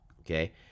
okay